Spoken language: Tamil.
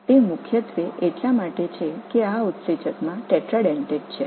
இது முக்கியமாக என்சைமில் டிரைடென்டேட்டாக இருப்பதால்